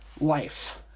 life